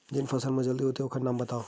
जेन फसल जल्दी होथे ओखर नाम बतावव?